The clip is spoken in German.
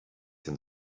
denn